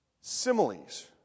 similes